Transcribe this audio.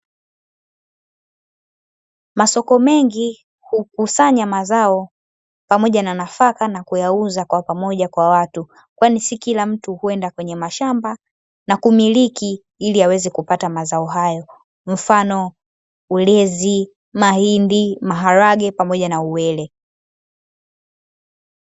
Masoko mengi hukusanya mazao pamoja na nafaka na kuyauza kwapamoja kwa watu kwani si kila mtu huenda katika mashamba na kumiliki ili aweze kupata mazao hayo, mfano ; ulezi, mahindi, maharage pamoja na uwele.